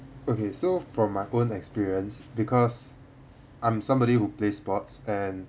okay so from my own experience because I'm somebody who play sports and